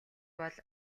бол